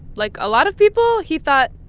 like a lot of people, he thought,